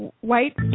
white